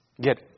Get